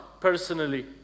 personally